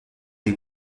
des